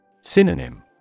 Synonym